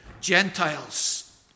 Gentiles